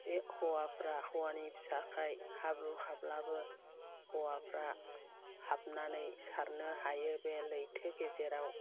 बे हौवाफ्रा हौवानि फिसाखाय हाब्रु हाब्लाबो हौवाफ्रा हाबनानै सारनो हायो बे लैथो गेजेराव